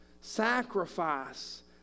Sacrifice